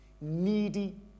Needy